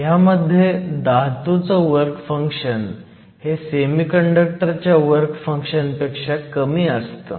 ह्यामध्ये धातूचं work function हे सेमीकंडक्टर च्या वर्क फंक्शन पेक्षा कमी असतं